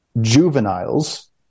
juveniles